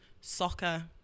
soccer